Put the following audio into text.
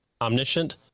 omniscient